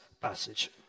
passage